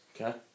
Okay